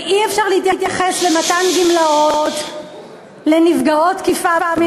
ואי-אפשר להתייחס למתן גמלאות לנפגעות תקיפה מינית,